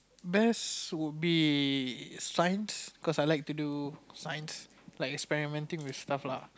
best would be science cause I like to do science like experimenting with stuff lah